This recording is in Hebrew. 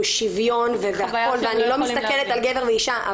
שוויון והכול ואני לא מסתכלת על גבר ואישה,